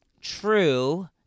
true